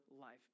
life